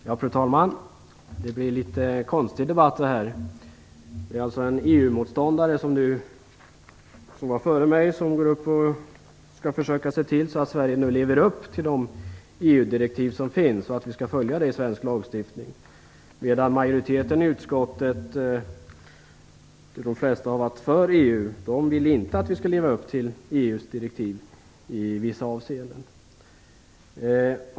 Fru talman! Det är en litet konstig debatt. Det är en EU-motståndare som skall försöka se till att Sverige lever upp till EU-direktiven, medan utskottsmajoriteten - de flesta var för EU - inte vill att vi skall leva upp till EU:s direktiv i vissa avseenden.